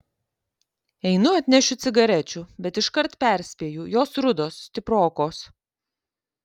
einu atnešiu cigarečių bet iškart perspėju jos rudos stiprokos